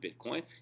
Bitcoin